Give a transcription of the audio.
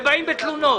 ובאים בתלונות.